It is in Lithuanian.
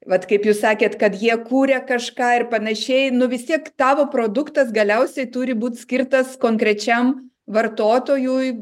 vat kaip jūs sakėt kad jie kuria kažką ir panašiai nu vis tiek tavo produktas galiausiai turi būt skirtas konkrečiam vartotojui